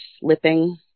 slipping